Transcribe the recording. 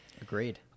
agreed